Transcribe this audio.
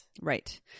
Right